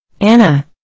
Anna